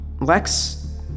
Lex